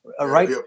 right